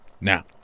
Now